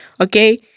okay